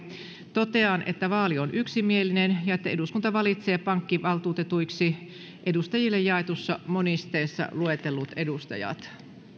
totean että vaali on yksimielinen ja että eduskunta valitsee pankkivaltuutetuiksi edustajille jaetussa monisteessa luetellut edustajat